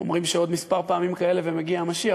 אומרים שעוד כמה פעמים כאלה ומגיע המשיח,